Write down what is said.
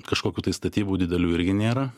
kažkokių tai statybų didelių irgi nėra